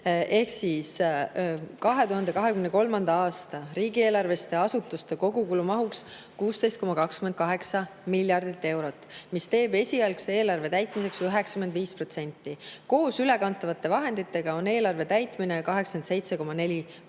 enne. 2023. aasta riigieelarveliste asutuste kogukulu maht oli 16,28 miljardit eurot, mis teeb esialgse eelarve täitmiseks 95%. Koos ülekantavate vahenditega on eelarve täitmine 87,4%.